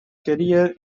career